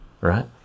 right